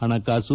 ಹಣಕಾಸು